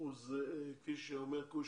הוא כפי שאומר קושניר,